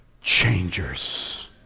changers